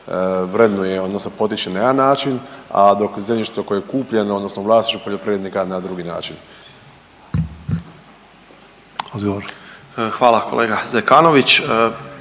vrednuje odnosno potiče na jedan način, a dok zemljište koje je kupljeno odnosno u vlasništvu poljoprivrednika na drugi način? **Sanader, Ante